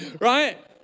Right